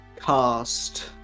cast